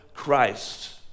Christ